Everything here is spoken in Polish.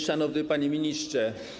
Szanowny Panie Ministrze!